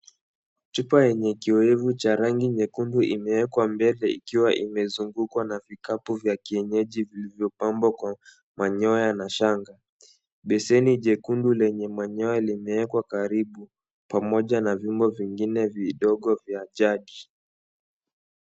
Chupa yenye kiowevu ya rangi nyekundu imewekwa mbele ikiwa imezungukwa na vikapu vilivyopangwa kwa manyoya na shanga. Beseni jekundu lenye manyoya imewekwa karibu pamoja na vyombo vingine vya jadi.